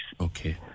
Okay